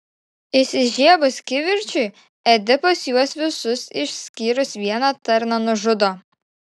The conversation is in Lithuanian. įsižiebus kivirčui edipas juos visus išskyrus vieną tarną nužudo